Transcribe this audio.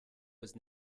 was